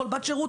וכל בת שירות.